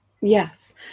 Yes